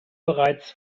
bereits